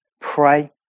pray